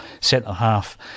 centre-half